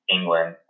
England